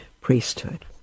priesthood